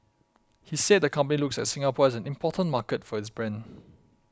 he said the company looks at Singapore as an important market for its brand